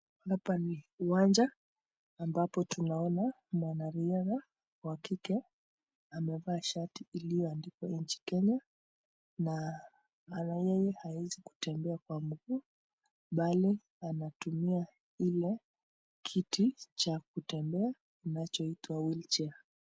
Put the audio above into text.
Hapa ni kiwanja ambapo tunaona mwanariadha wa kike wamevaa shati ilioandikwa nchi Kenya na yeye hawezi kutembea kwa miguu bali anatumia Ile kitu cha kutembea anachoitwa wheelchair .